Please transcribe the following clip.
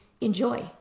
enjoy